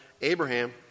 Abraham